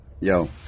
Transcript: Yo